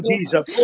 Jesus